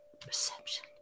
perception